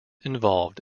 involved